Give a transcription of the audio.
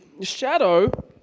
shadow